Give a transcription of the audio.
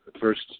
first